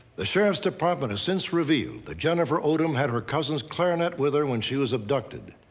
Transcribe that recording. the sheriff's department has since revealed that jennifer odom had her cousin's clarinet with her when she was abducted.